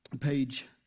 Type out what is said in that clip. page